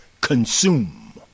consume